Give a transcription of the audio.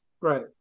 Right